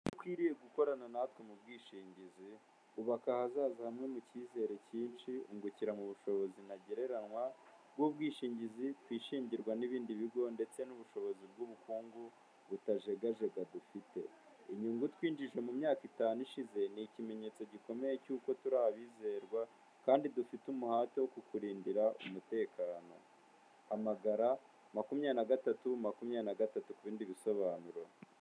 Dukwiriye gukorana natwe mu bwishingizi ubaka ahazaza hamwe mu cyizere cyinshi ungukira mu bushobozi ntagererankwa bw'ubwishingizi twishingirwa n'ibindi bigo ndetse n'ubushobozi bw'ubukungu butajegajega dufite inyungu twinjije mu myaka itanu ishize ni ikimenyetso gikomeye cy'uko turi abizerwa kandi dufite umuhate wo kukurindira umutekano hamagara makumyabiri, na gatatu ,makumyabiri na gatatu ku bindi bisobanuro.